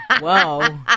Wow